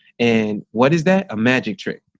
and what is that a magic trick?